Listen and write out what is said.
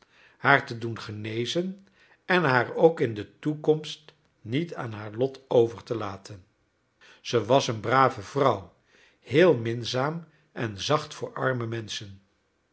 haar te doen genezen en haar ook in de toekomst niet aan haar lot over te laten zij was een brave vrouw heel minzaam en zacht voor arme menschen